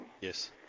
Yes